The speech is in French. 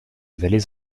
vallées